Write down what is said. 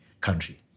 country